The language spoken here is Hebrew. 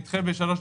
נדחה בשלוש,